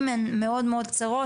אם הן מאוד-מאוד קצרות,